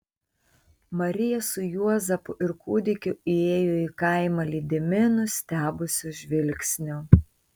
marija su juozapu ir kūdikiu įėjo į kaimą lydimi nustebusių žvilgsnių